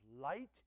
light